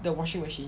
the washing machine